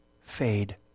fade